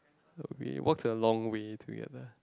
but we walked a long way together